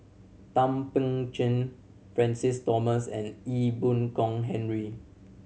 Thum Ping Tjin Francis Thomas and Ee Boon Kong Henry